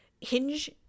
Hinge